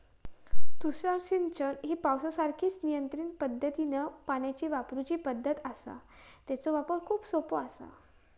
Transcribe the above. तुषार सिंचन ही पावसासारखीच नियंत्रित पद्धतीनं पाणी वापरूची पद्धत आसा, तेचो वापर खूप सोपो आसा